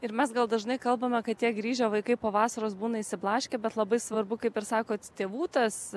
ir mes gal dažnai kalbame kad tie grįžę vaikai po vasaros būna išsiblaškę bet labai svarbu kaip ir sakot tėvų tas